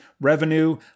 revenue